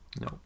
No